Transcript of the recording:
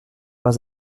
pas